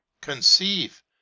conceive